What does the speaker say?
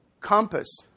compass